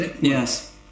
Yes